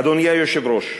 אדוני היושב-ראש,